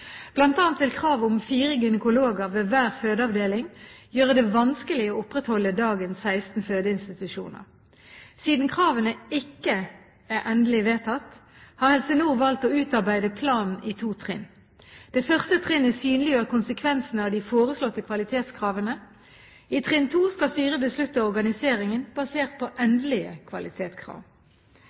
vil kravet om fire gynekologer ved hver fødeavdeling gjøre det vanskelig å opprettholde dagens 16 fødeinstitusjoner. Siden kravene ikke er endelig vedtatt, har Helse Nord valgt å utarbeide planen i to trinn. Det første trinnet synliggjør konsekvensene av de foreslåtte kvalitetskravene. I trinn to skal styret beslutte organiseringen basert på endelige kvalitetskrav.